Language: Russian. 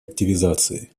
активизации